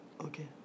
Okay